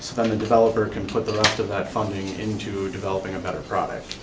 then the developer can put the rest of that funding into developing a better product.